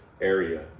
area